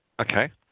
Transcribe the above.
Okay